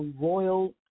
royal